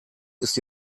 ist